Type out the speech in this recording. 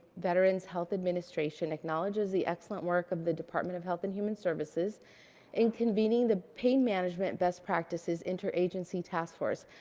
veterans health administration acknowledges the excellent work of the department of health and human services in convening the pain management best practices interagency task force,